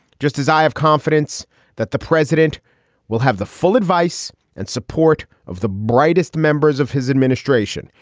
just as i have confidence that the president will have the full advice and support of the brightest members of his administration.